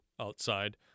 outside